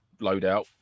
loadout